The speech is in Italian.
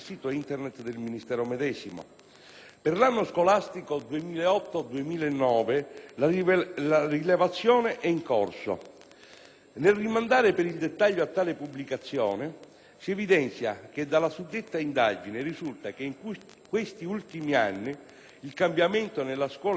Per l'anno scolastico 2008-2009 la rilevazione è in corso. Nel rimandare, per il dettaglio, a tale pubblicazione, si evidenzia che dalla suddetta indagine risulta che in questi ultimi anni il cambiamento nella scuola italiana è stato rapidissimo.